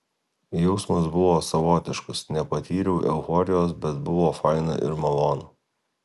jausmas buvo savotiškas nepatyriau euforijos bet buvo faina ir malonu